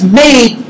made